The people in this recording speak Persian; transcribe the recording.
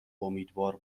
امیدوار